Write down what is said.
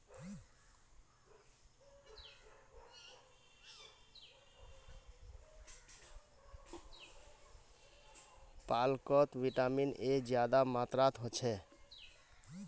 पालकोत vitamin A ज्यादा मात्रात होछे